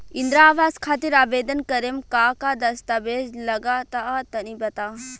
इंद्रा आवास खातिर आवेदन करेम का का दास्तावेज लगा तऽ तनि बता?